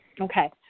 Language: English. Okay